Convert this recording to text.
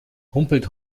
humpelt